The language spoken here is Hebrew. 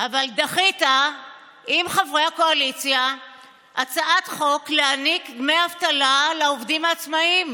אבל דחית עם חברי הקואליציה הצעת חוק להעניק דמי אבטלה לעובדים העצמאים,